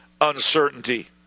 uncertainty